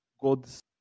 God's